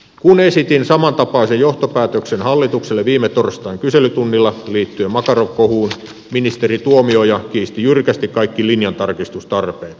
kun esitin samantapaisen johtopäätöksen hallitukselle viime torstain kyselytunnilla liittyen makarov kohuun ministeri tuomioja kiisti jyrkästi kaikki linjantarkistustarpeet